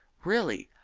really!